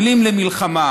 שמובילים למלחמה.